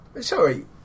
Sorry